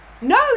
No